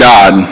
God